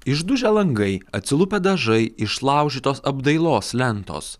išdužę langai atsilupę dažai išlaužytos apdailos lentos